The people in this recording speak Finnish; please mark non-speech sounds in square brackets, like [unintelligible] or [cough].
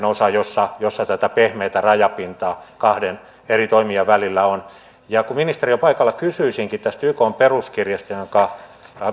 [unintelligible] osa jossa jossa tätä pehmeätä rajapintaa kahden eri toimijan välillä on kun ministeri on paikalla kysyisinkin ykn peruskirjasta johonka